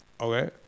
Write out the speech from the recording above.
Okay